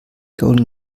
golden